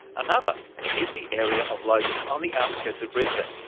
another is the area of logan on the outskirts of brisbane.